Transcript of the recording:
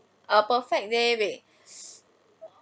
a perfect day with